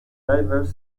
divers